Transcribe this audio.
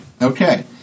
Okay